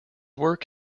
work